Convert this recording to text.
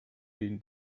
been